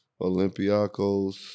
Olympiacos